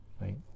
right